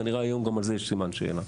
כנראה היום גם על זה יש סימן שאלה.